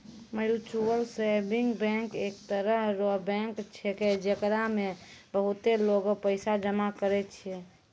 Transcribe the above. mutual saving bank एक तरह रो बैंक छैकै, जेकरा मे बहुते लोगें पैसा जमा करै छै